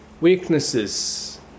weaknesses